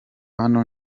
hano